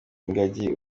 ingagi